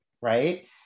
right